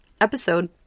episode